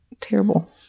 terrible